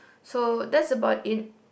so that's about it